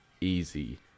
easy